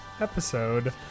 episode